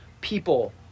people